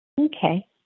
Okay